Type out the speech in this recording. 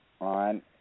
On